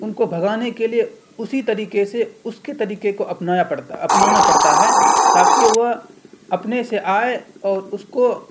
ان کو بھگانے کے لیے اسی طریقے سے اس کے طریقے کو اپنایا پڑتا اپنانا پڑتا ہے تاکہ وہ اپنے سے آئے اور اس کو